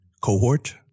cohort